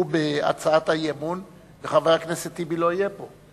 בהצעת האי-אמון וחבר הכנסת טיבי לא יהיה פה?